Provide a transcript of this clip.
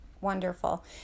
Wonderful